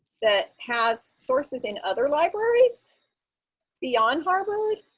that has sources in other libraries beyond harvard.